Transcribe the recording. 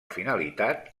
finalitat